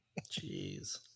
Jeez